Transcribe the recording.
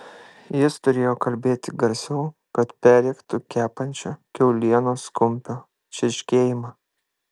jis turėjo kalbėti garsiau kad perrėktų kepančio kiaulienos kumpio čirškėjimą